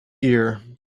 ear